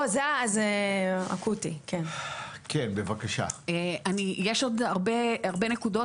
יש עוד הרבה נקודות,